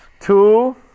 Two